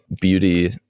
beauty